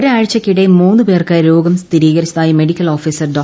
ഒരാഴ്ചക്കിടെ മൂന്നു പേർക്ക് രോഗം സ്ഥിരീകരിച്ചതായും മെഡിക്കൽ ഓഫീസർ ഡോ